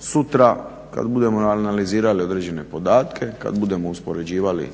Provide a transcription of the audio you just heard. sutra kad budemo analizirali određene podatke, kad budemo uspoređivali